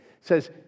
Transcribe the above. says